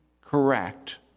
correct